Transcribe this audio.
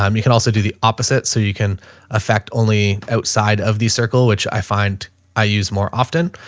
um you can also do the opposite, so you can affect only outside of the circle, which i find i use more often.